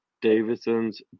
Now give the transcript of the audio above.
Davidson's